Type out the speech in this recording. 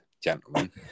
gentlemen